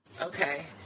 Okay